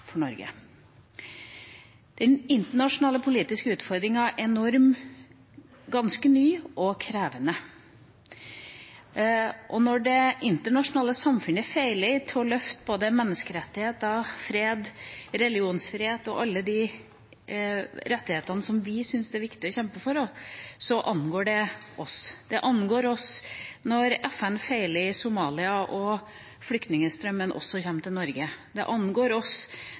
for Norge. Den internasjonale politiske utfordringa er enorm, ganske ny og krevende, og når det internasjonale samfunnet feiler med hensyn til å løfte både menneskerettigheter, fred, religionsfrihet og alle de rettighetene som vi syns det er viktig å kjempe for, angår det oss. Det angår oss når FN feiler i Somalia og flyktningstrømmen også kommer til Norge. Det angår oss